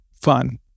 fun